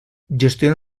gestiona